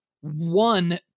one